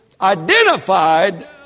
identified